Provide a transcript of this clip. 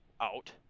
out